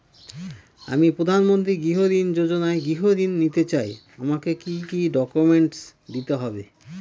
আমি প্রধানমন্ত্রী গৃহ ঋণ যোজনায় গৃহ ঋণ নিতে চাই আমাকে কি কি ডকুমেন্টস দিতে হবে?